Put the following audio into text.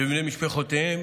בבני משפחותיהם,